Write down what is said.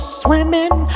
swimming